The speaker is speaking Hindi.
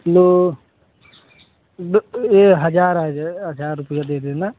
लो दो ए हज़ार हज़ार रुपया दे देना